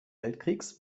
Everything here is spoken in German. weltkriegs